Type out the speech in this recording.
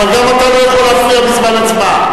אבל גם אתה לא יכול להפריע בזמן הצבעה.